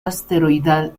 asteroidal